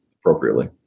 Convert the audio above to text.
appropriately